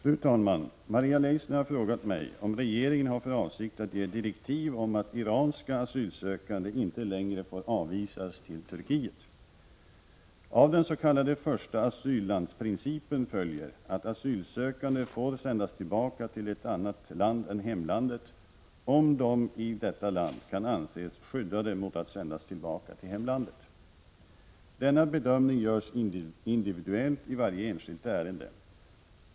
Fru talman! Maria Leissner har frågat mig om regeringen har för avsikt att ge direktiv om att iranska asylsökande inte längre får avvisas till Turkiet. Av den s.k. första asyllandsprincipen följer att asylsökande får sändas tillbaka till ett annat land än hemlandet om de i detta land kan anses skyddade mot att sändas tillbaka till hemlandet. Denna bedömning görs individuellt i varje enskilt ärende.